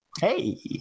Hey